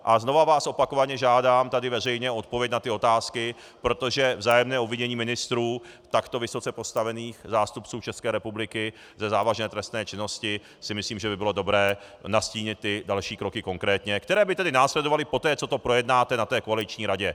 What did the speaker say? A znovu vás opakovaně žádám tady veřejně o odpověď na ty otázky, protože vzájemné obvinění ministrů, takto vysoce postavených zástupců České republiky, ze závažné trestné činnosti si myslím, že by bylo dobré nastínit další kroky konkrétně, které by následovaly poté, co to projednáte na té koaliční radě.